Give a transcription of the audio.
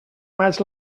maig